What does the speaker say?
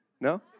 No